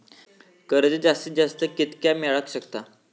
कर्ज जास्तीत जास्त कितक्या मेळाक शकता?